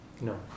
No